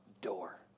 door